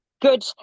good